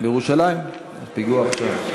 בירושלים, פיגוע עכשיו.